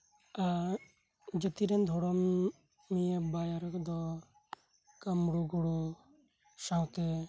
ᱡᱟᱹᱛᱤᱨᱮᱱ ᱫᱷᱚᱨᱚᱢ ᱱᱤᱭᱮ ᱵᱟᱭᱟᱨ ᱫᱚ ᱠᱟᱹᱢᱨᱩ ᱜᱩᱨᱩ ᱥᱟᱶᱛᱮ